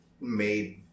made